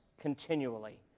continually